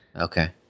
Okay